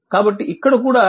కాబట్టి ఇక్కడ కూడా u 0